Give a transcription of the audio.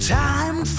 time